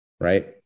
right